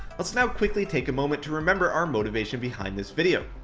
let's now quickly take a moment to remember our motivation behind this video.